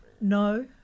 No